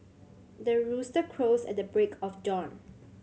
the rooster crows at the break of dawn